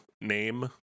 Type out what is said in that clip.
name